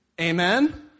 Amen